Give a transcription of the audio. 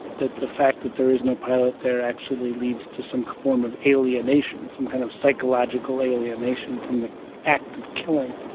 that the fact that there is no pilot there actually leads to some form of alienation, some kind of psychological alienation from the act of killing,